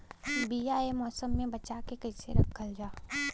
बीया ए मौसम में बचा के कइसे रखल जा?